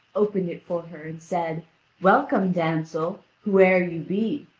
opened it for her and said welcome, damsel, whoe'er you be.